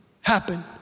happen